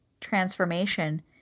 transformation